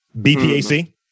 BPAC